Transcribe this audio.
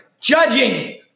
judging